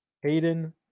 Hayden